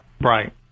Right